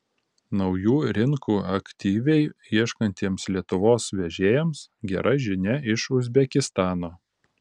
naujų rinkų aktyviai ieškantiems lietuvos vežėjams gera žinia iš uzbekistano